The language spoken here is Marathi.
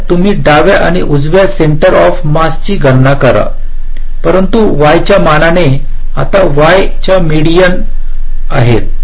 तर तुम्ही डाव्या आणि उजव्या सेंटर ऑफ मास ची गणना करा परंतु y च्या मानाने आता y च्या मीडियन आहात